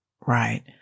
right